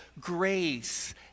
grace